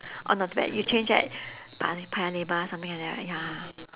oh not bad you change at pa~ paya lebar something like that right ya